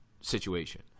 situation